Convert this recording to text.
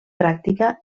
pràctica